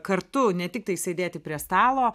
kartu ne tiktai sėdėti prie stalo